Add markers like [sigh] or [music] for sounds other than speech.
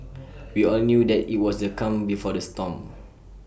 [noise] we all knew that IT was the calm before the storm